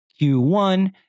Q1